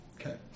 okay